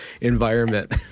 environment